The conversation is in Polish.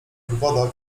woda